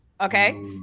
Okay